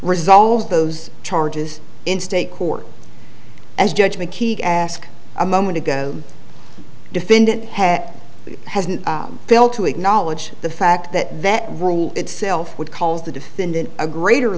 resolves those charges in state court as judgment keek ask a moment ago defendant had hasn't failed to acknowledge the fact that that rule itself would calls the defendant a greater